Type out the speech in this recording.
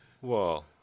Whoa